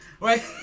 right